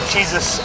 Jesus